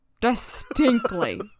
Distinctly